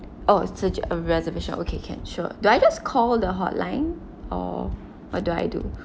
oh just a reservation okay can sure do I just call the hotline or what do I do